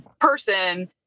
person